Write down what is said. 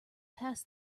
pass